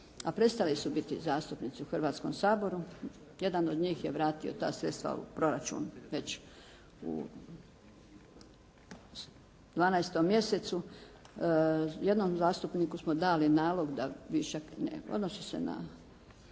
a prestali su biti zastupnici u Hrvatskom saboru, jedan od njih je vratio ta sredstva u proračun već u 12. mjesecu, jednom zastupniku smo dali nalog da višak ne odnosi se na,